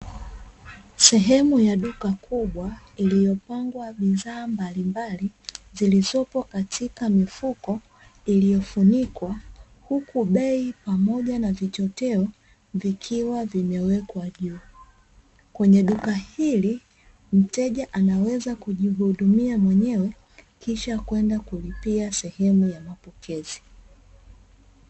Sehemu ya duka kubwa iliyopangwa bidhaa mbalimbali, zilizopo katika mifuko iliyofunikwa, huku bei pamoja na vichoteo vikiwa vimewekwa juu, kwenye duka hili mteja anaweza kujihudumia mwenyewe kisha kwenda kulipia sehemu ya mapokezi.